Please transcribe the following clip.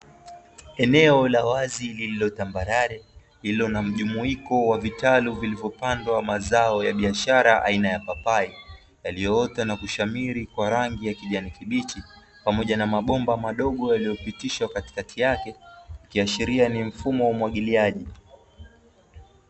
Eneo la wazi lililo tambarare, lililo na mjumuiko wa vitalu vilivyopandwa mazao ya biashara aina ya papai, yaliyoota na kushamiri kwa rangi ya kijani kibichi pamoja na mabomba madogo yaliyopitishwa katikati yake; ikiashiria ni mfumo wa umwagiliaji.